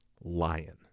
lion